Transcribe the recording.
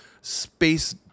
space